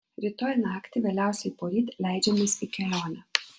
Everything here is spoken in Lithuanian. rytoj naktį vėliausiai poryt leidžiamės į kelionę